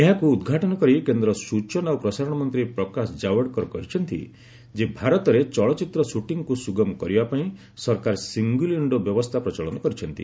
ଏହାକୁ ଉଦ୍ଘାଟନ କରି କେନ୍ଦ୍ର ସ୍ଚନା ଓ ପ୍ରସାରଣ ମନ୍ତ୍ରୀ ପ୍ରକାଶ ଜାଓଡେକର କହିଛନ୍ତି ଯେ ଭାରତରେ ଚଳଚ୍ଚିତ୍ର ସୁଟିଂକୁ ସୁଗମ କରିବା ପାଇଁ ସରକାର ସିଙ୍ଗଲ ୱିଷ୍ଣୋ ବ୍ୟବସ୍ଥା ପ୍ରଚଳନ କରିଛନ୍ତି